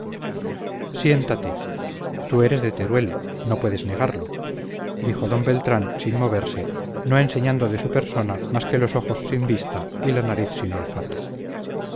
siéntate tú eres de teruel no puedes negarlo dijo d beltrán sin moverse no enseñando de su persona más que los ojos sin vista y la nariz sin olfato